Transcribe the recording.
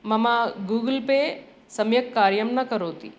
मम Google pay सम्यक् कार्यं न करोति